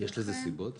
יש לזה סיבות?